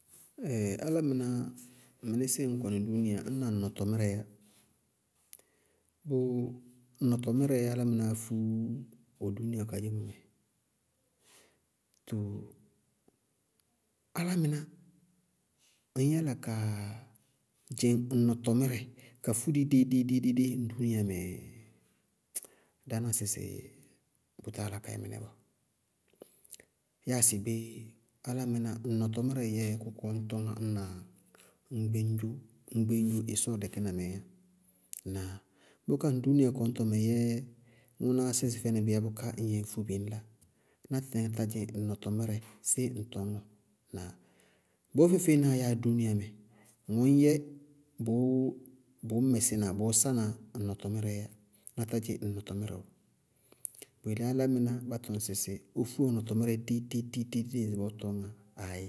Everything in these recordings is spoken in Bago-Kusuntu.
álámɩná, mɩnísíɩ na ñ kɔnɩ dúúniamɛ báa aŋʋ na ɔ nɔtɔmírɛɛ yá. Nɔtɔmírɛɛ álámɩnáá fú ɔ dúúnia kadzémɔ mɛ. Tɔɔ, álámɩná, ŋñ yalauka dzɩŋ ŋ nɔtɔmírɛ ka fú dɩ déidéi ŋ dúúniamɛɛ? Dáá ná sɩsɩ bʋ táa yála ka yɛ mɩnɛ bɔɔ. Yáa sɩbé, álámɩná ŋ nɔtɔmírɛ yɛ kʋkɔɔ ñ tɔñŋá ñna ŋgbeŋdzo ŋgbeŋdzo ɩsɔɔ lɛkínamɛɛ yá. Ŋnáa? Bʋká ŋ kɔñtɔ dúúniayamɛ yɛ ŋʋnáá sísɩ fɛnɩ bíí yá bʋká ŋñ fú bɩ ŋñlá. Ná tɩtɩŋɛ tá dzɩŋ ŋ nɔtɔmírɛ séé ŋ tɔñɔɔ. Ŋnáa? Bɔɔ feé-feée náa yáa dúúniayamɛ, ŋwɛ ŋñyɛ bʋʋ mɛsína bʋʋ sána ŋ nɔtɔmírɛɛ yá. Ná tádzɩŋ ŋ nɔtɔmírɛ ɔɔ. Bʋyelé álámɩná bá tɔŋ sɩ ɔ fú ɔ nɔtɔmírɛ déi-déi-déi-déi ŋsɩbɔɔ ɔ tɔñŋá, aayí,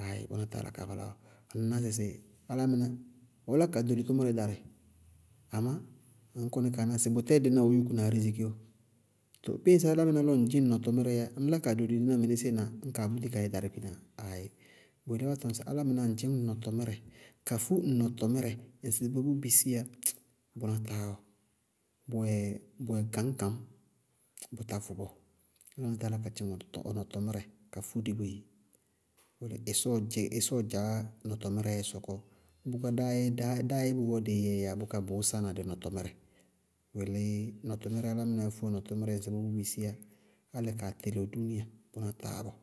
aayí, bʋná táa yála ka vala ɔɔ. Ŋñná sɩ álámɩná, ɔɔ lá kaa ɖoli tʋmʋrɛ darɩ amá ŋñná sɩ bʋtɛɛ dínáá ɔɔ yúkuna ariziki ɔɔ. Too bíɩ ŋsɩ álámɩnáa dzɩñ ɔ nɔtɔmírɛɛ yá ŋñlá kaa ɖoli tʋmʋrɛ na ñ búti ñ kaa yɛ darɩ kpinaa? Aayí bʋyelé álámɩná bá tɔŋ sɩ ŋdzɩñ ŋ nɔtɔmírɛ ka fú ŋ nɔtɔmírɛ ŋsɩbɔɔ bʋ bisiyá, bʋná tááwɔɔ, bʋwɛ gañ-gañ, bʋtá vʋ bɔɔ. Álámɩná táa yála ka dzɩŋ ɔ nɔtɔmírɛ ka fú dɩ boé. Kóde ɩsɔɔ dze ɩsɔɔ dzaáá nɔtɔmírɛɛ sɔkɔ, bʋbá dáá yɛ dáá yɛ bɔbɔ díí yɛɛ yá bʋká bʋʋ sána dɩ nɔtɔmírɛ. Bʋyelé nɔtɔmírɛ álámɩná fú ɔ nɔtɔmírɛ ŋsɩbɔɔ bʋ bisiyá álɩ kaa tɛlɩ ɔ dúúnia, bʋná táá bɔɔ.